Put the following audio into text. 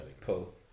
Pull